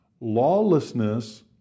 lawlessness